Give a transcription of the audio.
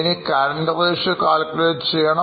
any Current Ratio Calculate ചെയ്യണം